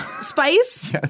spice